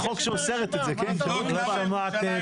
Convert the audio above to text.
כמה ועדות